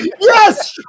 Yes